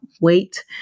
wait